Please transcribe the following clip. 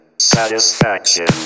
Satisfaction